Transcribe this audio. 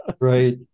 right